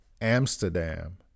Amsterdam